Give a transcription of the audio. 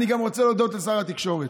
אני גם רוצה להודות לשר התקשורת.